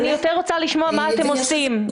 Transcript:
אני יותר רוצה לשמוע מה אתם עושים.